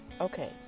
okay